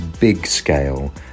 big-scale